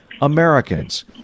Americans